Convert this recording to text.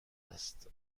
است